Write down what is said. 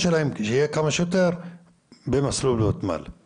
ואני אומר את זה לא סתם אלא בכובד ראש